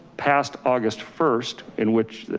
past august first in which,